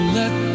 let